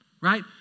right